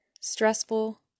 stressful